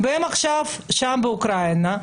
והם עכשיו שם באוקראינה.